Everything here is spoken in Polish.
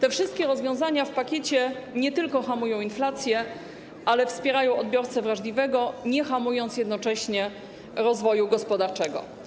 Te wszystkie rozwiązania w pakiecie nie tylko hamują inflację, lecz także wspierają odbiorcę wrażliwego, nie hamując jednocześnie rozwoju gospodarczego.